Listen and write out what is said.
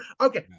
Okay